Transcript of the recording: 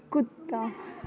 कुत्ता